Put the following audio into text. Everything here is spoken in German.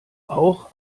auch